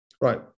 right